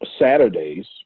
Saturdays